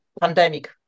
pandemic